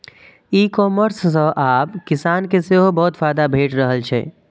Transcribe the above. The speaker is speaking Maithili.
ई कॉमर्स सं आब किसान के सेहो बहुत फायदा भेटि रहल छै